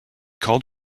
called